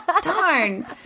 Darn